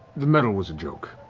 the medal was a joke.